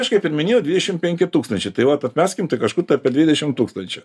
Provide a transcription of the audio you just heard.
aš kaip ir minėjau dvidešim penki tūkstančiai tai vat atmeskim tai kažkur tai apie dvidešim tūkstančių